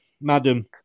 madam